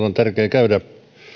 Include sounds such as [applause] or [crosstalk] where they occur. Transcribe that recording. [unintelligible] on tärkeä käydä